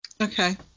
Okay